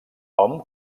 hom